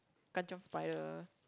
kanchion spider